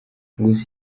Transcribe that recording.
gusa